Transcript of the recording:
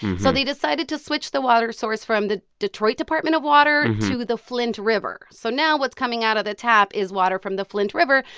so they decided to switch the water source from the detroit department of water to the flint river. so now what's coming out of the tap is water from the flint river,